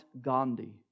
Gandhi